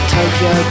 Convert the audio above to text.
Tokyo